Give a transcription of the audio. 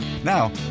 Now